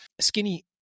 Skinny